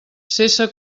cessa